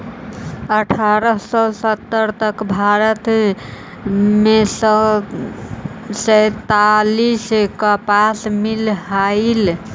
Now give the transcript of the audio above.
अट्ठारह सौ सत्तर तक भारत में सैंतालीस कपास मिल हलई